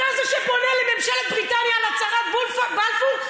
אתה זה שפונה לממשלת בריטניה על הצהרת בלפור.